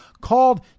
called